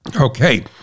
Okay